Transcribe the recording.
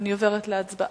אני עוברת להצבעה.